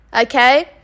okay